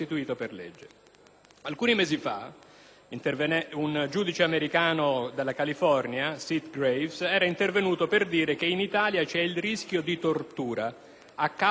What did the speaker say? un giudice americano della California, Sitgraves, era intervenuto per dire che in Italia vi è un rischio di tortura a causa del tanto venerato